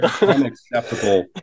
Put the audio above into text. unacceptable